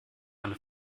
eine